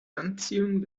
anziehung